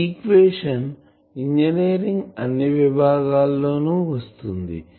ఈ equation engineering అన్ని విభాగాల్లో లో వస్తుంది